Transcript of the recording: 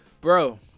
bro